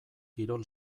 kirol